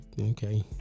okay